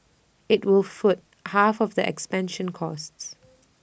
IT will foot half of the expansion costs